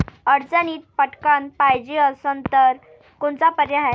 अडचणीत पटकण पायजे असन तर कोनचा पर्याय हाय?